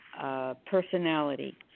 personality